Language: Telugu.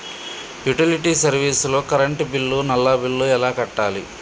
యుటిలిటీ సర్వీస్ లో కరెంట్ బిల్లు, నల్లా బిల్లు ఎలా కట్టాలి?